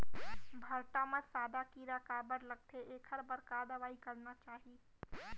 भांटा म सादा कीरा काबर लगथे एखर बर का दवई करना चाही?